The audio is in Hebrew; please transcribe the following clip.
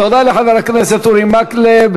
תודה לחבר הכנסת אורי מקלב.